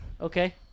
Okay